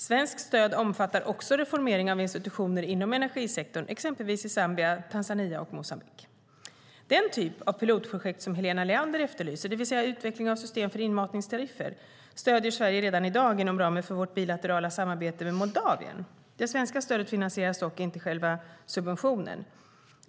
Svenskt stöd omfattar också reformering av institutioner inom energisektorn, exempelvis i Zambia, Tanzania och Moçambique. Den typ av pilotprojekt som Helena Leander efterlyser, det vill säga utveckling av system för inmatningstariffer, stöder Sverige redan i dag inom ramen för vårt bilaterala samarbete med Moldavien. Det svenska stödet finansierar dock inte själva subventionen.